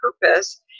purpose